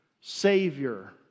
Savior